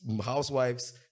housewives